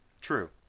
True